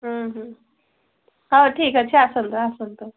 ହୁଁ ହୁଁ ହେଉ ଠିକ ଅଛି ଆସନ୍ତୁ ଆସନ୍ତୁ